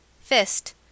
Fist